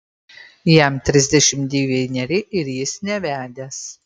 jam trisdešimt devyneri ir jis nevedęs